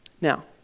Now